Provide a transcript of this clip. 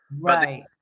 Right